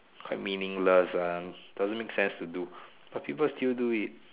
quite meaningless ah doesn't make sense to do but people still do it